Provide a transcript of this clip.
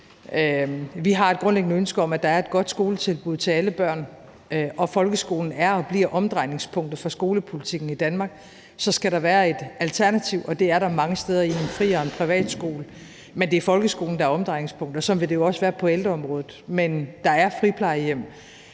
Vi har et grundlæggende ønske om, at der er et godt skoletilbud til alle børn, og folkeskolen er og bliver omdrejningspunktet for skolepolitikken i Danmark. Så skal der være et alternativ, og det er der mange steder i en friskole og i en privatskole. Men det er folkeskolen, der er omdrejningspunkt, og sådan vil det jo også være på ældreområdet. Men der er friplejehjem.